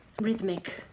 Rhythmic